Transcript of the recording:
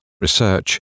research